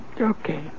Okay